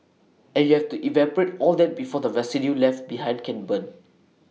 and you have to evaporate all that before the residue left behind can burn